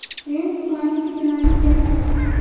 ऋण चुकाने की प्रणाली क्या है?